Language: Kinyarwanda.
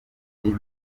biri